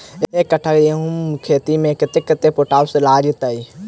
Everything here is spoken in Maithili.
एक कट्ठा गेंहूँ खेती मे कतेक कतेक पोटाश लागतै?